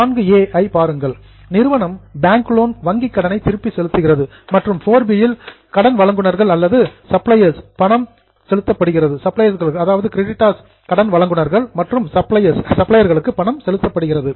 4a ஐ பாருங்கள் நிறுவனம் பேங்க் லோன் வங்கி கடனை திருப்பி செலுத்துகிறது மற்றும் 4b இல் கிரடிட்டர்ஸ் கடன் வழங்குநர்கள் அல்லது சப்ளையர்ஸ் சப்ளையர்களுக்கு பணம் செலுத்தப்படுகிறது